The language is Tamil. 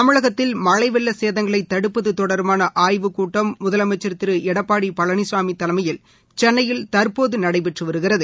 தமிழகத்தில் மழைவெள்ளசேதங்களைதடுப்பதுதொடர்பானஆய்வுக்கூட்டம் முதலமைச்சர் திருஎடப்பாடிபழனிசாமிதலைமையில் சென்னையில் தற்போதுநடைபெற்றுவருகிறது